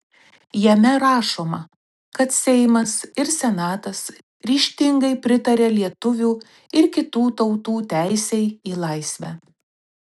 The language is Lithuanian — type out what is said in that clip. jame rašoma kad seimas ir senatas ryžtingai pritaria lietuvių ir kitų tautų teisei į laisvę